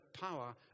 power